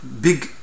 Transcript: big